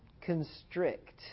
constrict